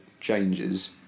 changes